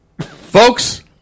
Folks